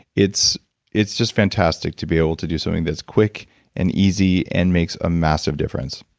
it's it's just fantastic to be able to do something that's quick and easy, and makes a massive difference